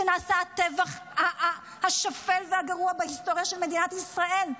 כשנעשה הטבח השפל והגרוע בהיסטוריה של מדינת ישראל,